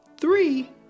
Three